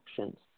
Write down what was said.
actions